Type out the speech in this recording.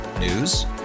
News